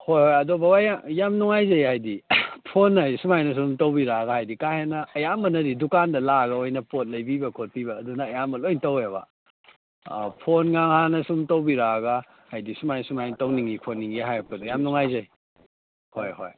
ꯍꯣꯏ ꯍꯣꯏ ꯑꯗꯣ ꯕꯕꯥ ꯌꯥꯝ ꯅꯨꯡꯉꯥꯏꯖꯩ ꯍꯥꯏꯗꯤ ꯐꯣꯟ ꯍꯥꯏꯗꯤ ꯁꯨꯃꯥꯏꯅ ꯁꯨꯝ ꯇꯧꯕꯤꯔꯛꯑꯒ ꯍꯥꯏꯗꯤ ꯀꯥ ꯍꯦꯟꯅ ꯑꯌꯥꯝꯕꯅꯗꯤ ꯗꯨꯀꯥꯟꯗ ꯂꯥꯛꯑꯒ ꯑꯣꯏꯅ ꯄꯣꯠ ꯂꯩꯕꯤꯕ ꯈꯣꯠꯄꯤꯕ ꯑꯗꯨꯅ ꯑꯌꯥꯝꯕ ꯂꯣꯏ ꯇꯧꯋꯦꯕ ꯑꯥ ꯐꯣꯟꯅ ꯍꯥꯟꯅ ꯁꯨꯝ ꯇꯧꯕꯤꯔꯛꯑꯒ ꯍꯥꯏꯗꯤ ꯁꯨꯃꯥꯏ ꯁꯨꯃꯥꯏꯅ ꯇꯧꯅꯤꯡꯉꯤ ꯈꯣꯠꯅꯤꯡꯉꯤ ꯍꯥꯏꯔꯛꯄꯗꯣ ꯌꯥꯝ ꯅꯨꯡꯉꯥꯏꯖꯩ ꯍꯣꯏ ꯍꯣꯏ